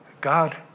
God